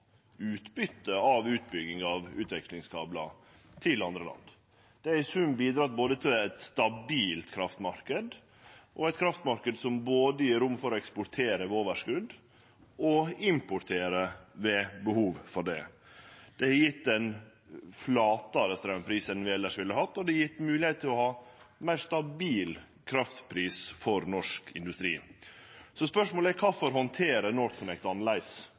av utbygging av utvekslingskablar til andre land. Det har i sum bidrege til både ein stabil kraftmarknad og ein kraftmarknad som gjev rom for å eksportere ved overskot og importere ved behov for det. Det har gjeve ein flatare straumpris enn vi elles ville hatt, og det har gjeve moglegheit til å ha meir stabil kraftpris for norsk industri. Så spørsmålet er: Kvifor